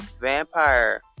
vampire